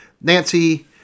Nancy